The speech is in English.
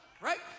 Right